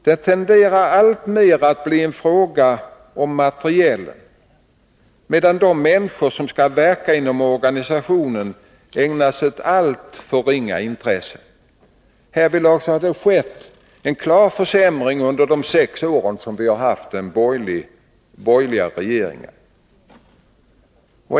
Den tenderar att alltmer bli en fråga om materielen, medan de människor som skall verka inom organisationen ägnas ett alltför ringa intresse. Härvidlag har det skett en klar försämring under de sex år som vi har haft borgerliga regeringar.